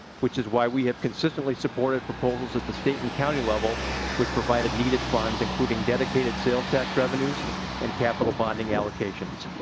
is why we've consistently supported proposals at the state and county level which provided needed funds including dedicated sales tax revenues and capital bonding allocations.